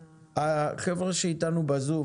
החבר'ה שאיתנו בזום,